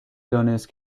دانست